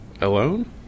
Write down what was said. Alone